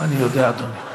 אני יודע, אדוני.